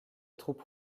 troupes